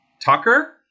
Tucker